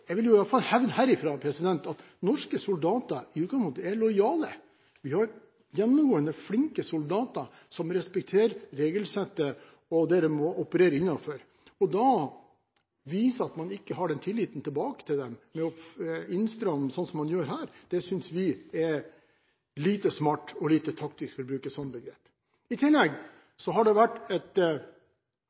Jeg vil iallfall hevde herifra at norske soldater i utgangspunktet er lojale. Vi har gjennomgående flinke soldater som respekterer regelsettet og det de må operere innenfor, og da å vise at man ikke har den tilliten tilbake til dem med å innstramme som man gjør her, synes vi er lite smart og lite taktisk, for å bruke et sånt begrep. I tillegg har det vært et